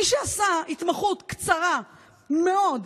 מי שעשה התמחות קצרה מאוד,